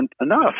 enough